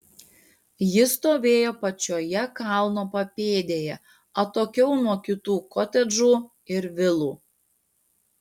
ji stovėjo pačioje kalno papėdėje atokiau nuo kitų kotedžų ir vilų